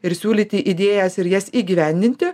ir siūlyti idėjas ir jas įgyvendinti